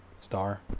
star